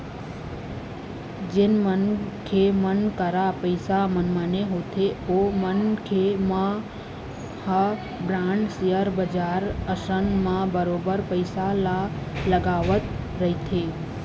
जेन मनखे मन करा पइसा मनमाने होथे ओ मनखे मन ह बांड, सेयर बजार असन म बरोबर पइसा ल लगावत रहिथे